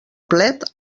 plet